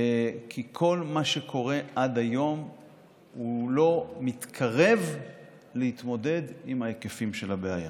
כי כל מה שקורה עד היום לא מתקרב להתמודד עם ההיקפים של הבעיה.